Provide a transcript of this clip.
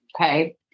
Okay